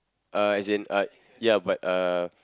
uh as in like ya but uh